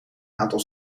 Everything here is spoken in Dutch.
aantal